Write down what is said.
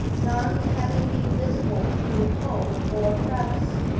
none having been visible through hole or crevice.